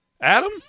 Adam